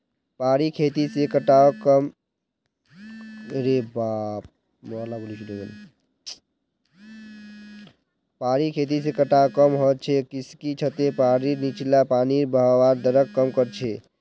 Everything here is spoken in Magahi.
पहाड़ी खेती से कटाव कम ह छ किसेकी छतें पहाड़ीर नीचला पानीर बहवार दरक कम कर छे